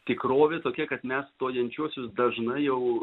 tikrovė tokia kad mes stojančiuosius dažnai jau